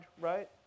right